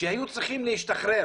שהיו צריכים להשתחרר